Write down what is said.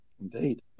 Indeed